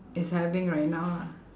is having right now lah